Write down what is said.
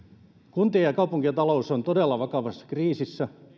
kuntien ja kaupunkien talous on todella vakavassa kriisissä